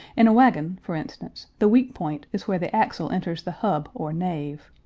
in a wagon, for instance, the weak point is where the axle enters the hub or nave.